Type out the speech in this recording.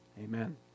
Amen